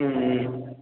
ம் ம்